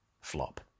flop